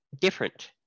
different